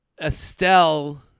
Estelle